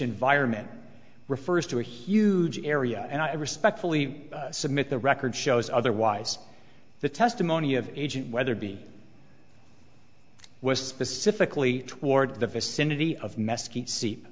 environment refers to a huge area and i respectfully submit the record shows otherwise the testimony of agent weatherby was specifically toward the vicinity of mesquite seep